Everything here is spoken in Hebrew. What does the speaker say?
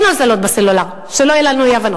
אין הוזלות בסלולר, שלא יהיו לנו אי-הבנות.